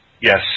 Yes